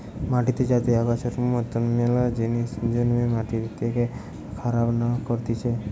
মাটিতে যাতে আগাছার মতন মেলা জিনিস জন্মে মাটিকে খারাপ না করতিছে